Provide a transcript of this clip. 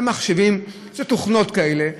זה מחשבים, אלה תוכנות כאלה.